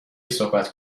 صحبت